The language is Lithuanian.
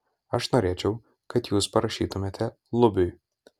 aš norėčiau kad jūs parašytumėte lubiui